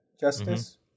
justice